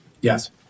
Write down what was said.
yes